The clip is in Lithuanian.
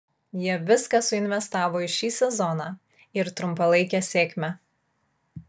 jie viską suinvestavo į šį sezoną ir trumpalaikę sėkmę